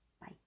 bye